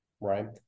Right